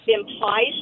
implies